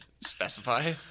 specify